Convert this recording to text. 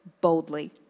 boldly